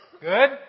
Good